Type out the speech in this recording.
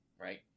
right